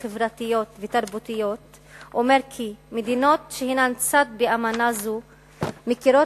חברתיות ותרבותיות אומר כי "מדינות שהינן צד באמנה זו מכירות